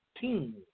team